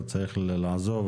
הוא צריך לעזוב,